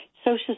Social